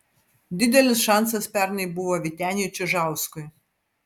didelis šansas pernai buvo vyteniui čižauskui